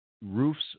Roofs